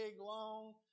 long